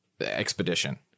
expedition